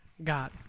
God